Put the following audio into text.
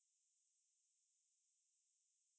ya injure him and then like err